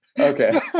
Okay